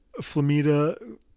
Flamita